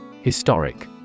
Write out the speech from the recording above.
Historic